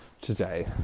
today